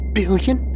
billion